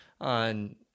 on